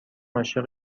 عاشق